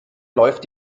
läuft